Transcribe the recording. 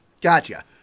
Gotcha